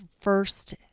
first